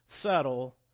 settle